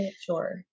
sure